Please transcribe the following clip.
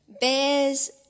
bears